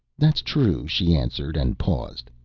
that's true, she answered and paused.